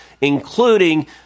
including